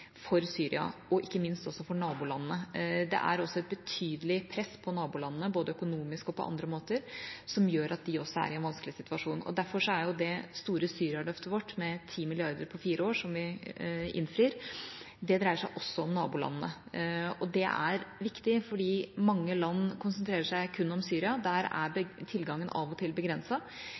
for Syria, og ikke minst også for nabolandene. Det er et betydelig press på nabolandene både økonomisk og på andre måter, som gjør at de også er i en vanskelig situasjon. Derfor dreier det store Syria-løftet vårt seg, med 10 mrd. kr på fire år som vi innfrir, også om nabolandene. Det er viktig, for mange land konsentrerer seg kun om Syria. Der er tilgangen av og til